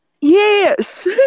Yes